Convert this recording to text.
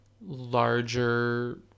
larger